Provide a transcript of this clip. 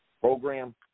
program